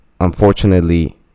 unfortunately